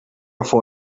for